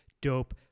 dope